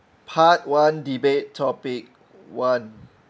part one debate topic one